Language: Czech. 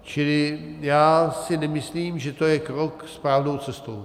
Čili já si nemyslím, že to je krok správnou cestou.